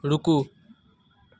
रूकु